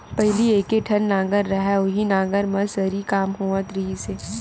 पहिली एके ठन नांगर रहय उहीं नांगर म सरी काम होवत रिहिस हे